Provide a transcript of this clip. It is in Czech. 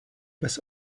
bez